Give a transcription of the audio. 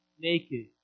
naked